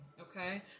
okay